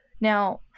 Now